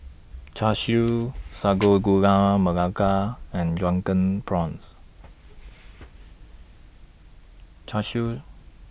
Char Siu Sago Gula Melaka and Drunken Prawns Char Siu